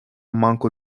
manko